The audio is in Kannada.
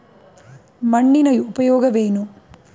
ಮಣ್ಣಿನ ಉಪಯೋಗವೇನು?